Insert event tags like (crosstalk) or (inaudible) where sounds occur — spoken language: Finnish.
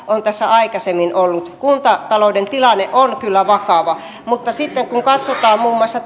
(unintelligible) on tässä aikaisemmin ollut kuntatalouden tilanne on kyllä vakava mutta sitten kun katsotaan muun muassa (unintelligible)